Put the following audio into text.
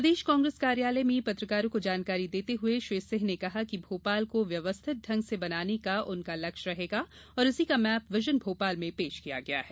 प्रदेश कांग्रेस कार्यालय में पत्रकारों को जानकारी देते हुए श्री सिंह ने कहा कि भोपाल को व्यवस्थित ढंग से बनाने का उनका लक्ष्य रहेगा और इसी का मैप विजन भोपाल में पेश किया गया है